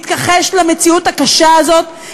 מתכחש למציאות הקשה הזאת,